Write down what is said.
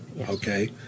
okay